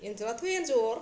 एन्जराथ' एन्जर